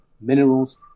minerals